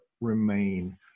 remain